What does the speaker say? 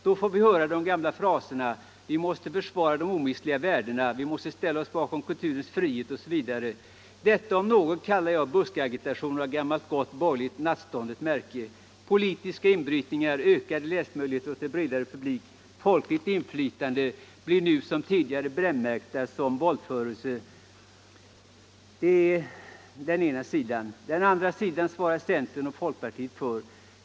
Då får vi höra de gamla fraserna — att vi måste försvara de omistliga värdena, att vi måste ställa oss bakom kulturens frihet osv. Detta om något kallar jag buskagitation av gammalt gott borgerligt nattståndet märke. Politiska inbrytningar, ökade läsmöjligheter för en bredare publik, folkligt inflytande brännmärks nu som tidigare som våldförelse. Det är den ena sidan. Den andra sidan svarar centern och folkpartiet för.